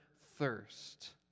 thirst